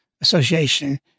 Association